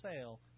sale